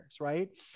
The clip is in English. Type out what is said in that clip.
right